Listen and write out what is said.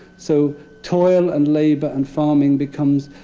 so toil and labor and farming becomes